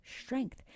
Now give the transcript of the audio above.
strength